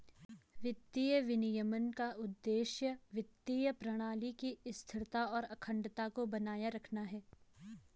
वित्तीय विनियमन का उद्देश्य वित्तीय प्रणाली की स्थिरता और अखंडता को बनाए रखना है